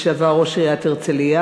לשעבר ראש עיריית הרצלייה.